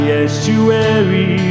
estuary